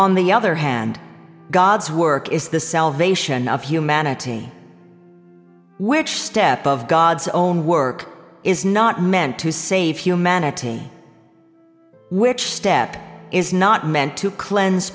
on the other hand god's work is the salvation of humanity which step of god's own work is not meant to save humanity which step is not meant to cleanse